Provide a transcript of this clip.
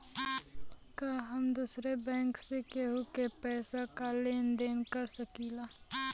का हम दूसरे बैंक से केहू के पैसा क लेन देन कर सकिला?